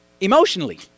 Emotionally